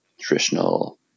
traditional –